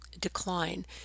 decline